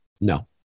No